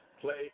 play